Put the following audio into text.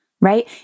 right